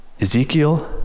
Ezekiel